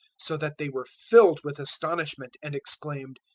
so that they were filled with astonishment and exclaimed,